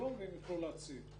יום והם יוכלו להציב.